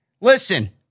Listen